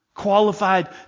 qualified